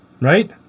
Right